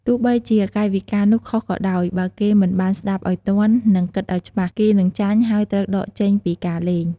ទោះបីជាកាយវិការនោះខុសក៏ដោយ បើគេមិនបានស្ដាប់ឱ្យទាន់ និងគិតឱ្យច្បាស់ គេនឹងចាញ់ ហើយត្រូវដកចេញពីការលេង។